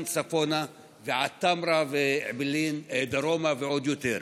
צפונה ועד טמרה ובלעין דרומה ועוד יותר.